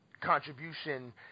contribution